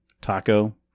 Taco